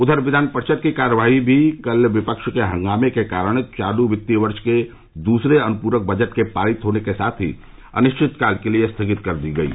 उधर विधान परिषद की कार्यवाही भी कल विपक्ष के हंगामे के चलते चालू वित्त वर्ष के दूसरे अनुपूरक बजट के पारित होने के साथ ही अनिश्चितकाल के लिए स्थगित कर दी गयी